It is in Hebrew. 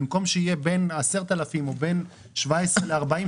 במקום שיהיה בין 10,000 או בין 17 ל-40,